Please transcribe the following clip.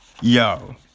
Yo